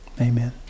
Amen